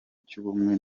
cy’ubumwe